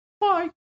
Bye